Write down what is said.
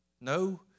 No